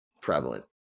prevalent